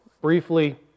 briefly